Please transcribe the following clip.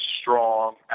strong